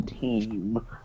team